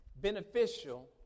beneficial